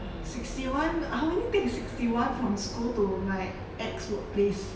ah sixty one I only take sixty one from school to like ex workplace